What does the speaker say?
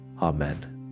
Amen